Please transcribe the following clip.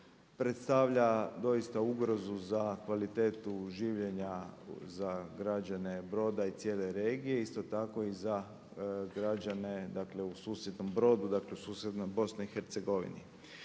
Predstavlja doista ugrozu za kvalitetu življenja za građane Broda i cijele regije, isto tako i za građane, dakle u susjednom Brodu, dakle u susjednoj Bosni i Hercegovini.